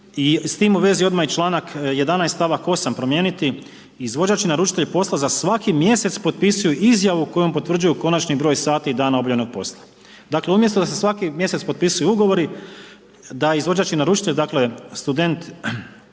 I s tim u vezi odmah i članak 11. stavak 8. promijeniti: „Izvođač i naručitelj posla za svaki mjesec potpisuju izjavu kojom potvrđuju konačni broj sati i dana obavljenog posla“. Dakle umjesto da se svaki mjesec potpisuju ugovori da izvođač i naručitelj dakle student